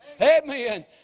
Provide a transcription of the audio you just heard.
Amen